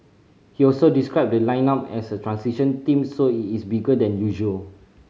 he also described the lineup as a transition team so it is bigger than usual